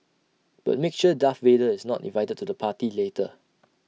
but make sure Darth Vader is not invited to the party later